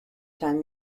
time